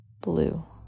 Blue